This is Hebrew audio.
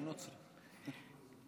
הוא נוצרי,